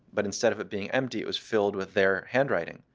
but instead of it being empty, it was filled with their handwriting.